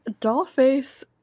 Dollface